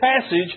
passage